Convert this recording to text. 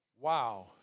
wow